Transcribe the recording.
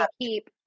keep